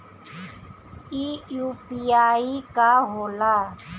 ई यू.पी.आई का होला?